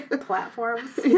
Platforms